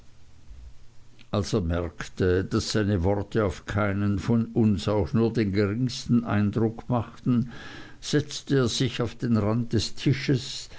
er merkte daß seine worte auf keinen von uns auch nur den geringsten eindruck machten setzte er sich auf den rand des tisches